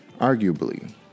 arguably